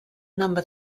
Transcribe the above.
number